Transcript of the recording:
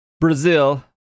Brazil